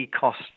cost